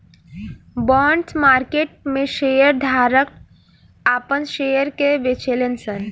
bond market में share धारक आपन शेयर के बेचेले सन